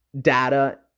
data